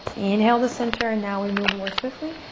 inhale to center. and now we move more swiftly.